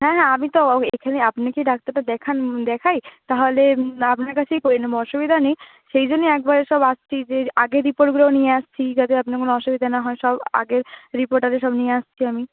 হ্যাঁ হ্যাঁ আমি তো এখানে আপনি ডাক্তারটা দেখান দেখাই তাহলে আপনার কাছেই করিয়ে নেব অসুবিধা নেই সেই জন্যেই একবারে সব আসছি যে আগের রিপোর্টগুলোও নিয়ে আসছি যাতে আপনার কোনও অসুবিধা না হয় সব আগের রিপোর্ট আরে সব নিয়ে আসছি আমি